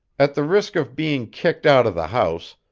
at the risk of being kicked out of the house,